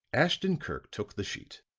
ashton-kirk took the sheet,